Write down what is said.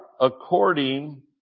according